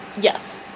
Yes